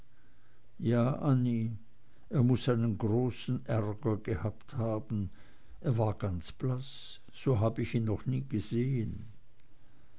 ja annie er muß einen großen ärger gehabt haben er war ganz blaß so hab ich ihn noch nie gesehen